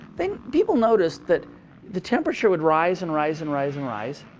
then people notice that the temperature would rise and rise and rise and rise.